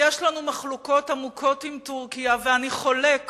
יש לנו מחלוקות עמוקות עם טורקיה, ואני חולק